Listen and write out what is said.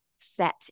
set